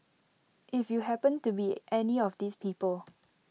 if you happened to be any of these people